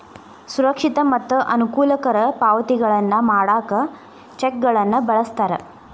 ಸುರಕ್ಷಿತ ಮತ್ತ ಅನುಕೂಲಕರ ಪಾವತಿಗಳನ್ನ ಮಾಡಾಕ ಚೆಕ್ಗಳನ್ನ ಬಳಸ್ತಾರ